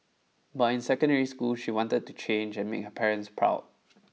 but in secondary school she wanted to change and make her parents proud